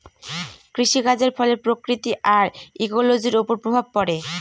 কৃষিকাজের ফলে প্রকৃতি আর ইকোলোজির ওপর প্রভাব পড়ে